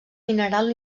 mineral